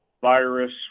virus